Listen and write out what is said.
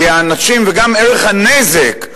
וגם ערך הנזק.